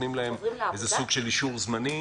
נותנים להם איזה סוג של אישור זמני.